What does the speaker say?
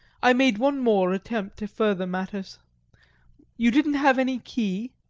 i made one more attempt to further matters you didn't have any key?